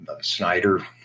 Snyder